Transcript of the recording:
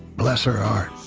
bless her heart.